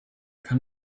kann